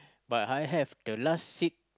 but I have the last seat